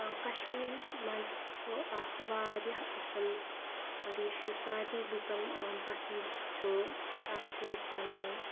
کشمیٖرَس منٛز چھُ اَکھ واریاہ اَصٕل ڈِش یُس سارنٕے لُکَن پَسَنٛد چھُ تَتھ چھُ أسۍ وَنان